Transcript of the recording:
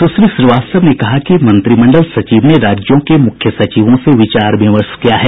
सुश्री श्रीवास्तव ने कहा कि मंत्रिमंडल सचिव ने राज्यों के मुख्य सचिवों से विचार विमर्श किया है